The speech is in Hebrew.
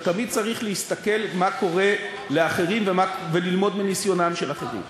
אתה תמיד צריך להסתכל מה קורה לאחרים וללמוד מניסיונם של אחרים.